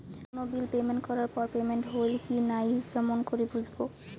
কোনো bill payment করার পর পেমেন্ট হইল কি নাই কেমন করি বুঝবো?